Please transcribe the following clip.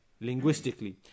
linguistically